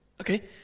Okay